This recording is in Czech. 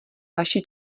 vaši